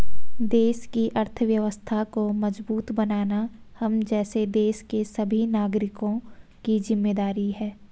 देश की अर्थव्यवस्था को मजबूत बनाना हम जैसे देश के सभी नागरिकों की जिम्मेदारी है